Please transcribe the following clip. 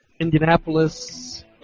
Indianapolis